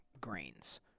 grains